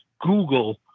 Google